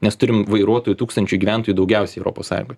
nes turim vairuotojų tūkstančiui gyventojų daugiausiai europos sąjungoj